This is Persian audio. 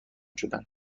شدن